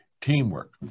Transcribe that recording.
teamwork